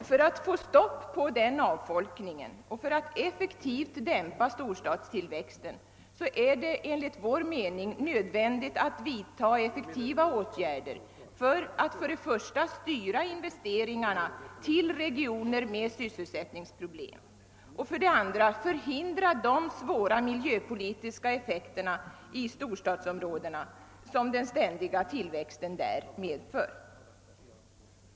I syfte att få ett stopp på denna avfolkning och för att effektivt dämpa storstadstillväxten är det enligt vår mening nödvändigt att vidta effektiva åtgärder för att för det första styra investeringarna till regioner med sysselsättningsproblem och för det andra att förhindra de svåra miljöpolitiska effekter i storstadsområdena som den ständiga tillväxten där medför.